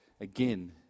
again